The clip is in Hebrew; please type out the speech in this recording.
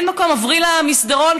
עברי למסדרון,